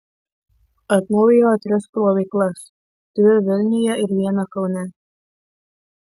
atnaujino tris plovyklas dvi vilniuje ir vieną kaune